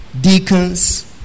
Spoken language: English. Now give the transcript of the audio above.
deacons